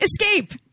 Escape